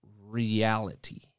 reality